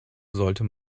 sollte